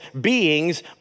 beings